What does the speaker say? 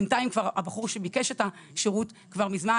בינתיים הבחור שביקש את השירות כבר מזמן